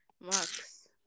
max